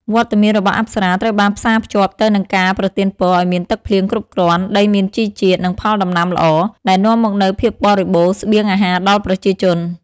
វត្តមានរបស់អប្សរាត្រូវបានផ្សារភ្ជាប់ទៅនឹងការប្រទានពរឲ្យមានទឹកភ្លៀងគ្រប់គ្រាន់ ដីមានជីជាតិ និងផលដំណាំល្អ ដែលនាំមកនូវភាពបរិបូរណ៍ស្បៀងអាហារដល់ប្រជាជន។